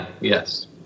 yes